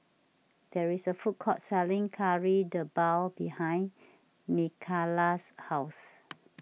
there is a food court selling Kari Debal behind Mikala's house